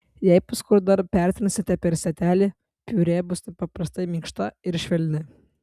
jei paskui dar pertrinsite per sietelį piurė bus nepaprastai minkšta ir švelni